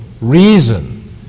reason